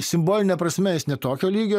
simboline prasme jis ne tokio lygio